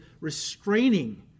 restraining